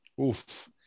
Oof